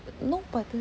no but the